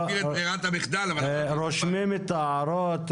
רושמים את ההערות,